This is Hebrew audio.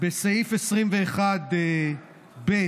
בסעיף 21(ב)